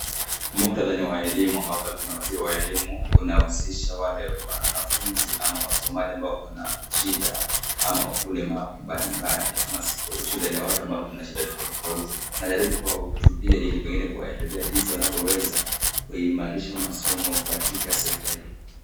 Muktatha ni wa elimu ambapo kuna waziri wa elimu ambao unahusisha wanafunzi, ama wasomaji ambao wako na shida ama ulemavu mbalimbali, ama shida ya watu ambao wako na shida tofautitofauti, anajaribu kuwahutubia ili pengine kuwaelezea jinsi wanavyoweza kuimarisha masomo katika sekta hiyo.